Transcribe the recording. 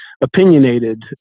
opinionated